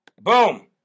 Boom